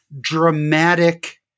dramatic